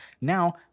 Now